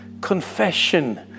confession